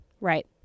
Right